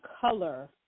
color